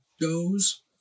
goes